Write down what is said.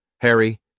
Harry